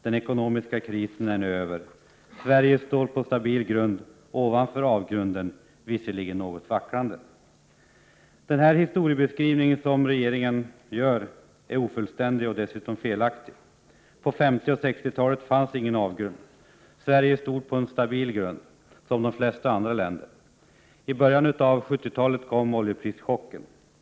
Den ekonomiska krisen är nu över. Sverige står på stabil grund ovanför avgrunden — visserligen något vacklande. Den historieskrivning som regeringen gör är ofullständig och dessutom felaktig. På 1950 och 1960-talen fanns ingen avgrund. Sverige stod på en stabil grund, som de flesta andra länder. I början av 1970-talet kom oljeprischocken.